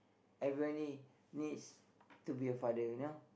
everybody needs to be a father you know